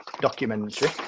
Documentary